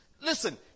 Listen